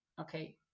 okay